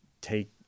take